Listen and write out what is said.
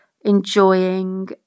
enjoying